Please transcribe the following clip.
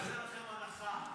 נעשה לכם הנחה.